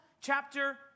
chapter